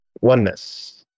oneness